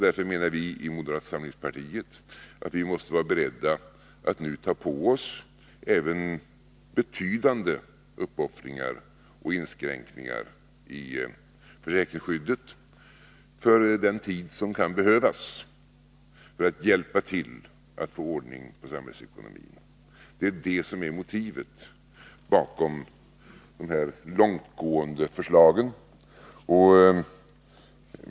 Därför menar vi i moderata samlingspartiet att vi alla måste vara beredda att nu ta på oss även betydande uppoffringar och inskränkningar i försäkringsskyddet för den tid som kan behövas för att hjälpa till att få ordning på samhällsekonomin. Det är motivet bakom de långtgående förslagen.